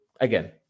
again